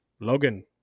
Logan